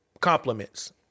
compliments